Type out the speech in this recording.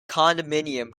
condominium